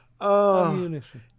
ammunition